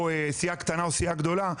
או סיעה קטנה או סיעה גדולה?